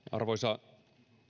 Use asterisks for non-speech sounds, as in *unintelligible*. *unintelligible* arvoisa